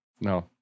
No